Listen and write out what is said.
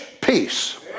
peace